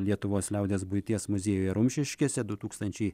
lietuvos liaudies buities muziejuje rumšiškėse du tūkstančiai